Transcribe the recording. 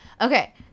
Okay